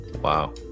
Wow